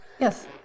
Yes